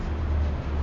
oh okay